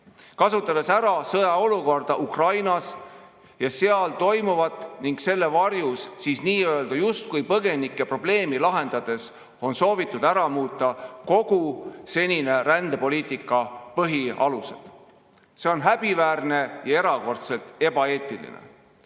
kasutades ära sõjaolukorda Ukrainas ja seal toimuvat. Selle varjus on justkui põgenike probleemi lahendades soovitud ära muuta kogu senise rändepoliitika põhialused. See on häbiväärne ja erakordselt ebaeetiline.